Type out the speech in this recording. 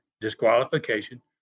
disqualification